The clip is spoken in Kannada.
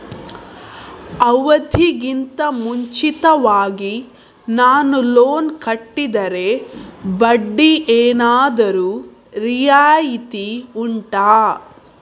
ಅವಧಿ ಗಿಂತ ಮುಂಚಿತವಾಗಿ ನಾನು ಲೋನ್ ಕಟ್ಟಿದರೆ ಬಡ್ಡಿ ಏನಾದರೂ ರಿಯಾಯಿತಿ ಉಂಟಾ